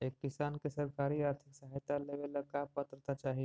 एक किसान के सरकारी आर्थिक सहायता लेवेला का पात्रता चाही?